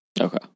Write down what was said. Okay